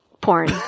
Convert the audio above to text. porn